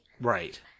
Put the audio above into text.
Right